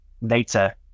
later